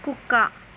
కుక్క